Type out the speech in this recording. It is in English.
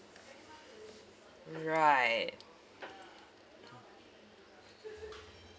right